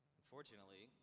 unfortunately